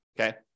okay